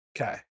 Okay